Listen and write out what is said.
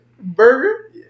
Burger